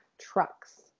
trucks